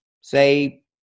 say